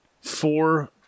Four